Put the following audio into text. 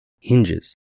hinges